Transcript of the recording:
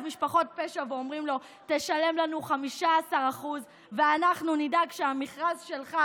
ממשפחות פשע ואומרים לו: תשלם לנו 15% ואנחנו נדאג שהמכרז שלך,